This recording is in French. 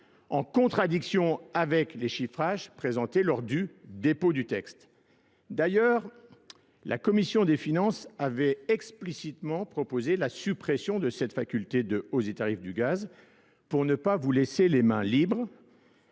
en contradiction avec les chiffrages présentés lors du dépôt du texte. D'ailleurs, La Commission des Finances avait explicitement proposé la suppression de cette faculté de hausse et tarifs du gaz pour ne pas vous laisser les mains libres